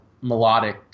melodic